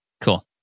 Cool